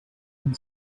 and